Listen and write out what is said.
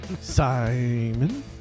Simon